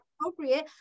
appropriate